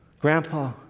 Grandpa